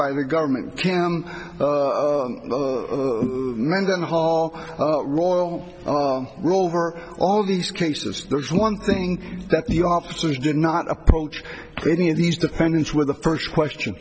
by the government can mendenhall royal roll over all these cases there's one thing that the officers did not approach any of these defendants where the first question